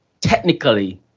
technically